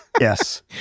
Yes